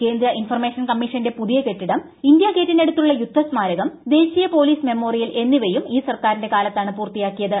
കേന്ദ്ര ഇൻഫർമേഷൻ കമ്മീഷന്റെ പുതിയ്ക്ക്കെട്ടിടം ഇന്ത്യാ ഗേറ്റിനടുത്തുള്ള യുദ്ധസ്മാരകം ദ്ദേശ്രീയ പോലീസ് മെമ്മോറിയൽ എന്നിവയും ഇൌ സർക്കാറിന്റെ കാലത്താണ് പൂർത്തിയാക്കിയത്